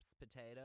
potato